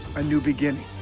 a new beginning.